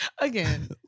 Again